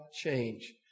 change